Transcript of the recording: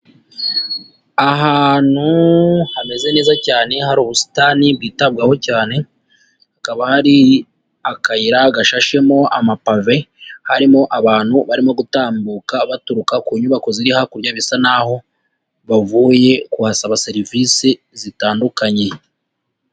Ahantu hameze neza cyane hari ubusitani bwitabwaho cyane, hakaba hari akayira gashashemo amapave, harimo abantu barimo gutambuka baturuka ku nyubako ziri hakurya, bisa naho bavuye kuhasaba serivisi zitandukanye.